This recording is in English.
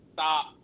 Stop